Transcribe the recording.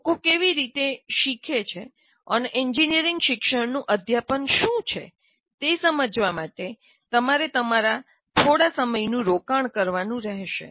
લોકો કેવી રીતે શીખે છે અને એન્જિનિયરિંગ શિક્ષણનું અધ્યાપન શું છે તે સમજવા માટે તમારે તમારા થોડો સમયનું રોકાણ કરવાનું રહેશે